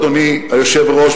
אדוני היושב-ראש,